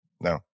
No